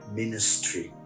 ministry